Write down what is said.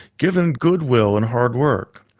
given good will and hard work.